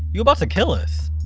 you're about to kill us!